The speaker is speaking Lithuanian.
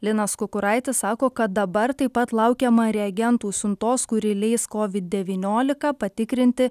linas kukuraitis sako kad dabar taip pat laukiama reagentų siuntos kuri leis kovid devyniolika patikrinti